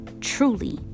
truly